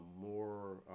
more